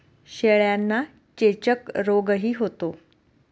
शेळ्यांना चेचक रोगही होतो